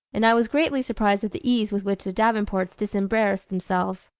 and i was greatly surprised at the ease with which the davenports disembarrassed themselves.